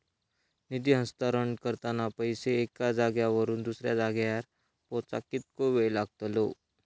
निधी हस्तांतरण करताना पैसे एक्या जाग्यावरून दुसऱ्या जाग्यार पोचाक कितको वेळ लागतलो?